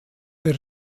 der